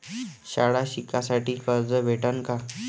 शाळा शिकासाठी कर्ज भेटन का?